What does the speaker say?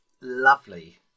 lovely